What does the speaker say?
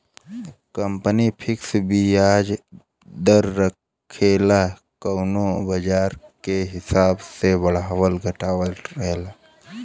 company fix बियाज दर रखेला कउनो बाजार के हिसाब से बढ़ावत घटावत रहेला